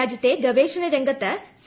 രാജ്യത്തെ ഗവേഷണ രംഗത്ത് സി